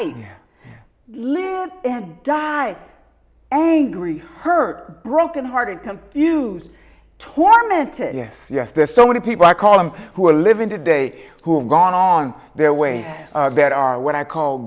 live and die angry hurt broken hearted come use tormented yes yes there's so many people i call them who are living today who have gone on their way there are what i call